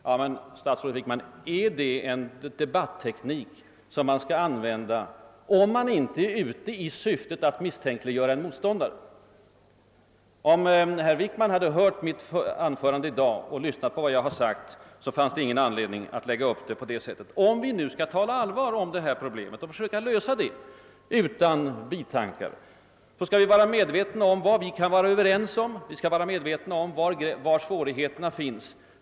Ja, men, statsrådet Wickman, är det en debatteknik som man skall använda, om man inte har till syfte att misstänkliggöra motståndaren? Om herr Wickman hade hört mitt anförande i dag och lyssnat på vad jag sagt, skulle han ha observerat, att det inte fanns någon anledning att lägga upp sin polemik på det sätt han nu gjort. Om vi nu skall tala på allvar om problemen och försöka lösa dem utan biavsikter, då skall vi vara medvetna om vad vi kan vara överens om, vi skall vara medvetna om var svårigheterna finns.